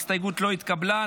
ההסתייגות לא התקבלה.